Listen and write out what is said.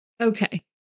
okay